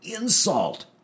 insult